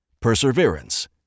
Perseverance